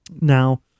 Now